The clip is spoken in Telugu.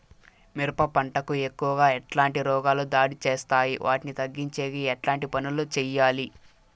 మిరప పంట కు ఎక్కువగా ఎట్లాంటి రోగాలు దాడి చేస్తాయి వాటిని తగ్గించేకి ఎట్లాంటి పనులు చెయ్యాలి?